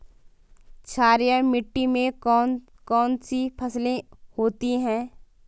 क्षारीय मिट्टी में कौन कौन सी फसलें होती हैं?